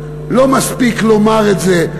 לא מספיק לומר את זה,